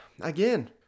again